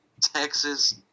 Texas